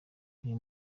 uyu